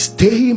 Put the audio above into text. Stay